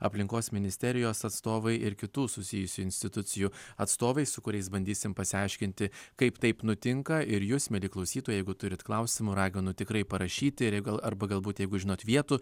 aplinkos ministerijos atstovai ir kitų susijusių institucijų atstovai su kuriais bandysim pasiaiškinti kaip taip nutinka ir jūs mieli klausytojai jeigu turit klausimų raginu tikrai parašyti ir gal arba galbūt jeigu žinot vietų